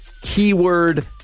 Keyword